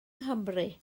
nghymru